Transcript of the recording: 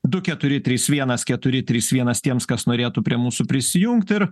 du keturi trys vienas keturi trys vienas tiems kas norėtų prie mūsų prisijungt ir